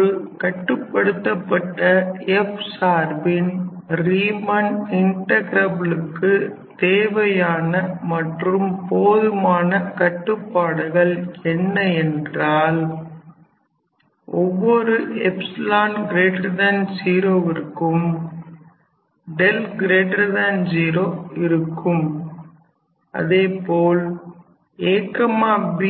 ஒரு கட்டுப்படுத்தப்பட்ட f சார்பின் ரீமன் இன்ட்டகிரபுலுக்கு தேவையான மற்றும் போதுமான கட்டுப்பாடுகள் என்ன என்றால் ஒவ்வொரு0ற்கும் 0இருக்கும் அதேபோல் ab